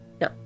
No